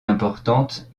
importante